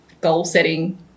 goal-setting